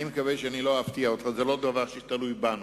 אני מקווה שלא אפתיע אותך, זה לא דבר שתלוי בנו.